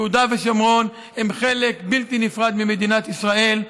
יהודה ושומרון הם חלק בלתי נפרד ממדינת ישראל.